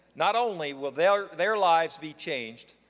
not only will their their lives be changed,